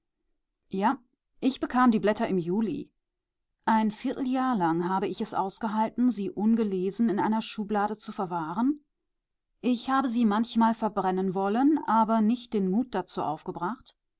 ja ich bekam die blätter im juli ein vierteljahr lang habe ich es ausgehalten sie ungelesen in einer schublade zu verwahren ich habe sie manchmal verbrennen wollen aber nicht den mut dazu aufgebracht